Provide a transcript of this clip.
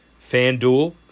FanDuel